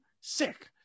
sick